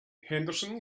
henderson